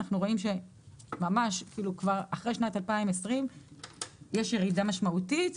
ואנחנו רואים שאחרי שנת 2020 יש ירידה משמעותית.